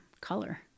color